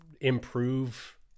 improve